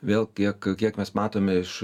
vėl kiek kiek mes matome iš